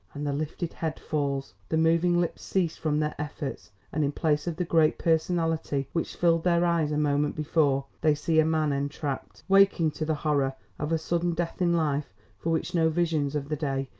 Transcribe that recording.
and the lifted head falls, the moving lips cease from their efforts and in place of the great personality which filled their eyes a moment before, they see a man entrapped, waking to the horror of a sudden death in life for which no visions of the day,